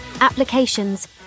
applications